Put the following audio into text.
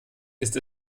ist